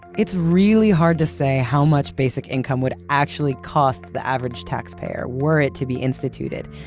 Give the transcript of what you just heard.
it's really hard to say how much basic income would actually cost the average tax payer were it to be instituted.